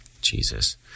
Jesus